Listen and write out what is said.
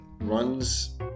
runs